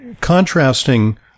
contrasting